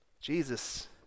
Jesus